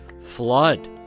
flood